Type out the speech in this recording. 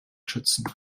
schützen